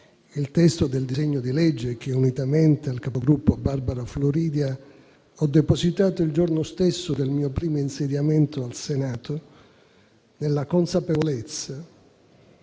il testo del disegno di legge che, unitamente al capogruppo Barbara Floridia, ho depositato il giorno stesso del mio primo insediamento al Senato, nella consapevolezza,